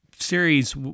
series